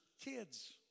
kids